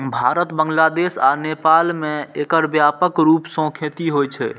भारत, बांग्लादेश आ नेपाल मे एकर व्यापक रूप सं खेती होइ छै